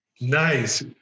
Nice